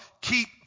keep